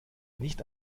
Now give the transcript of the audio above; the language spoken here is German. nicht